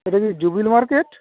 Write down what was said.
এটা কি jubilee market